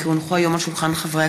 כי הונחו היום על שולחן הכנסת,